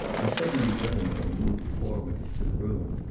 and suddenly wethermill moved forward into the room.